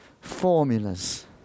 formulas